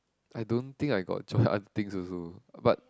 I don't think I got join other things also but